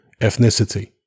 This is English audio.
ethnicity